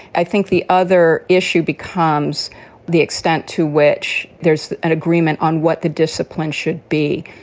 i think the other issue becomes the extent to which there's an agreement on what the discipline should be.